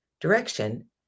direction